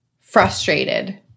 frustrated